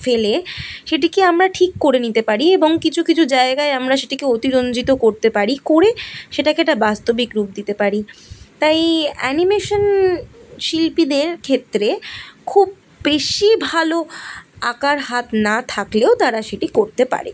ফেলে সেটিকে আমরা ঠিক করে নিতে পারি এবং কিছু কিছু জায়গায় আমরা সেটিকে অতিরঞ্জিত করতে পারি করে সেটাকে একটা বাস্তবিক রূপ দিতে পারি তাই অ্যানিমেশন শিল্পীদের ক্ষেত্রে খুব বেশি ভালো আঁকার হাত না থাকলেও তারা সেটি করতে পারে